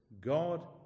God